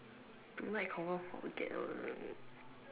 tonight confirm forget one